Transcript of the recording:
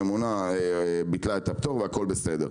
והממונה ביטלה את הפטור והכל בסדר,